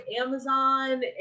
Amazon